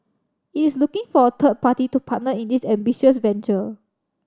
it is looking for a third party to partner in this ambitious venture